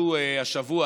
אנחנו השבוע